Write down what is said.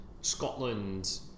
Scotland